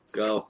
go